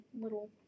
little